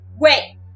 Wait